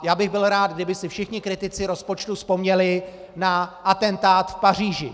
Já bych byl rád, kdyby si všichni kritici rozpočtu vzpomněli na atentát v Paříži.